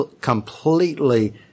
completely